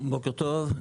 בוקר טוב,